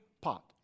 pot